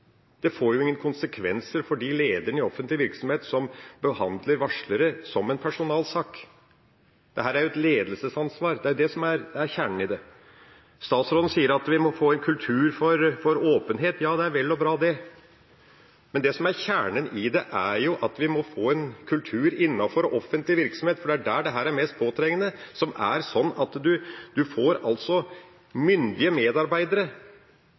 Det får jo ingen konsekvenser for de lederne i offentlig virksomhet som behandler varsling som en personalsak. Dette er et ledelsesansvar. Det er det som er kjernen i det. Statsråden sier at vi må få en kultur for åpenhet. Det er vel og bra, det. Men kjernen i dette er at vi må få en kultur innen offentlige virksomheter – det er der dette er mest påtrengende – som fører til at man får myndige medarbeidere